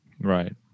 right